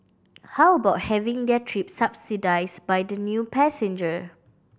how about having their trip subsidised by the new passenger